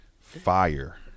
Fire